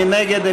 מי נגד?